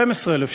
תיקון סעיף 6: